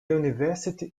university